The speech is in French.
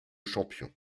champion